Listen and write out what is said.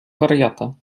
wariata